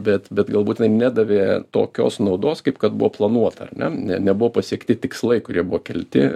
bet bet galbūt jinai nedavė tokios naudos kaip kad buvo planuota ar ne ne nebuvo pasiekti tikslai kurie buvo kelti